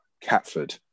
Catford